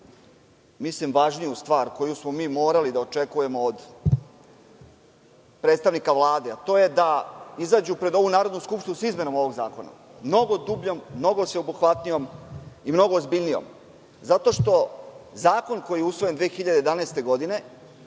mislim, važniju stvar koju smo mi morali da očekujemo od predstavnika Vlade, a to je da izađu pred ovu Narodnu skupštinu sa izmenom ovog zakona mnogo dubljom, mnogo sveobuhvatnijom i mnogo ozbiljnijom, zato što je zakon koji je usvojen 2011. godine,